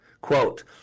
Quote